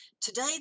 Today